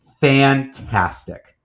fantastic